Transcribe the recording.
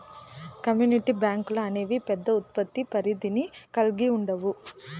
community బ్యాంకులు అనేవి పెద్ద ఉత్పత్తి పరిధిని కల్గి ఉండవు